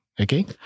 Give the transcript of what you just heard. okay